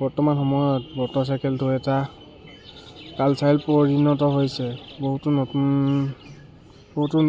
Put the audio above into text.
বৰ্তমান সময়ত মটৰ চাইকেলটো এটা কালচাৰেল পৰিণত হৈছে বহুতো নতুন বহুতো